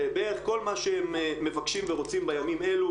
כל מה שהם מבקשים ורוצים בימים אלו,